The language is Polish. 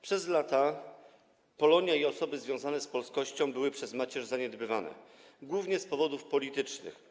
Przez lata Polonia i osoby związane z polskością były przez Macierz zaniedbywane, głównie z powodów politycznych.